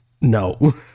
No